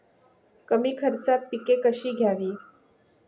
कमी खर्चात पिके कशी घ्यावी?